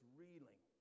reeling